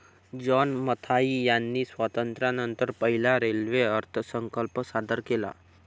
John Mathai यांनी स्वातंत्र्यानंतर पहिला रेल्वे अर्थसंकल्प सादर केला